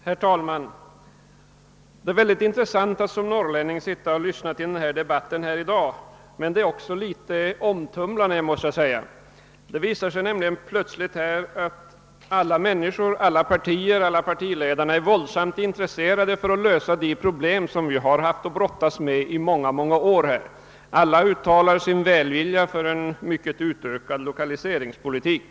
Herr talman! Det är synnerligen intressant att som norrlänning lyssna till den debatt som förs i dag, men det är också en smula omtumlande. Det visar sig nämligen att ledamöter från alla partier inklusive partiledarna är våldsamt intresserade av att lösa de problem vi haft att brottas med i många år. Alla uttalar sin välvilja inför en starkt utvid gad lokaliseringspolitik.